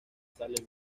sale